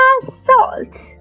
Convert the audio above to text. Salt